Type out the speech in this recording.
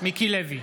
מיקי לוי,